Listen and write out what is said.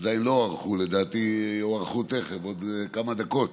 עדיין לא הוארכו, לדעתי יוארכו תכף, עוד כמה דקות,